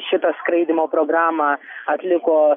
šitą skraidymo programą atliko